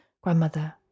grandmother